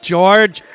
George